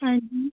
ਹਾਂਜੀ